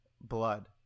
blood